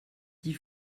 dix